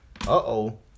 Uh-oh